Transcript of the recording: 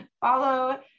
follow